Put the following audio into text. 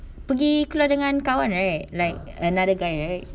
pergi keluar dengan kawan right like another guy right